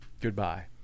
goodbye